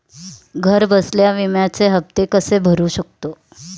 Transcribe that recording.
घरबसल्या विम्याचे हफ्ते कसे भरू शकतो?